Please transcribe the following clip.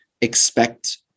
expect